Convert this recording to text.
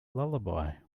lullaby